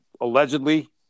allegedly